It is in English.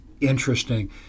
interesting